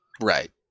Right